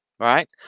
right